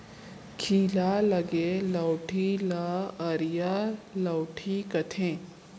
खीला लगे लउठी ल अरिया लउठी कथें